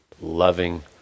loving